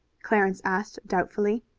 clarence asked doubtfully.